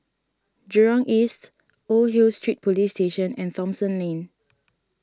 Jurong East Old Hill Street Police Station and Thomson Lane